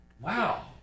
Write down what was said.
Wow